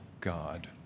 God